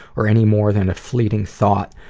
or any more than a fleeting thought.